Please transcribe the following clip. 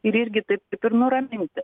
ir irgi taip kaip ir nuraminti